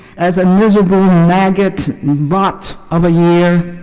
as a miserable maggot rot of a year.